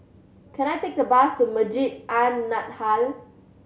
can I take a bus to Masjid An Nahdhah